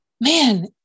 Man